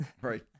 Right